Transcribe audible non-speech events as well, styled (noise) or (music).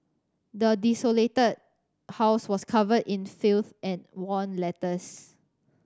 the desolated house was covered in filth and (unintelligible) letters